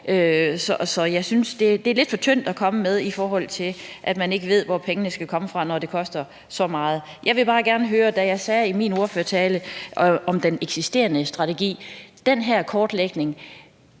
Så jeg synes, det er lidt for tyndt at komme med, i forhold til at man ikke ved, hvor pengene skal komme fra, når det koster så meget. I forbindelse med det jeg sagde i min ordførertale om den eksisterende strategi, vil jeg høre: